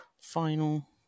Final